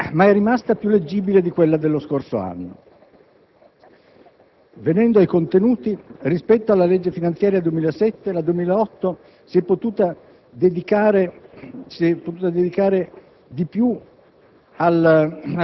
ma è rimasta più leggibile di quella dello scorso anno. Venendo ai contenuti, rispetto al 2007 la legge finanziaria 2008 si è potuta dedicare di più